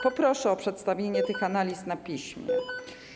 Poproszę o przedstawienie tych analiz na piśmie.